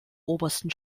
obersten